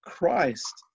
Christ